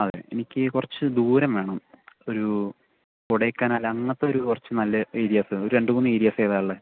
അതെ എനിക്ക് കുറച്ച് ദൂരം വേണം ഒരു കൊടൈക്കനാൽ അങ്ങനത്തെ ഒരു കുറച്ച് നല്ല ഏരിയാസ് ഒരു രണ്ട് മൂന്ന് ഏരിയാസ് ഏതാണ് ഉള്ളത്